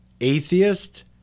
atheist